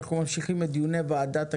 אנחנו ממשיכים את דיוני ועדת הכלכלה.